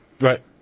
Right